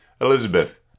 Elizabeth